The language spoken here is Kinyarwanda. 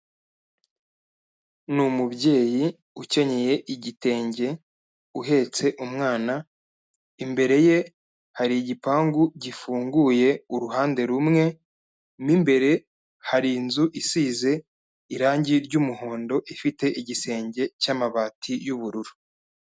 Ni umubyeyi ukenyeye igitenge uhetse umwana, imbere ye hari igipangu gifunguye uruhande rumwe mu imbere, hari inzu isize irangi ry'umuhondo ifite igisenge cy'amabati y'ubururu.